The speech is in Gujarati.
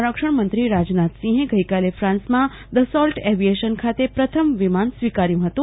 સંરક્ષણમંત્રી રાજનાથસિંહ ફાન્સમાં દસોલ્ટ એવિયેશન ખાતે પ્રથમ વિમાન સ્વીકાર્યું હતું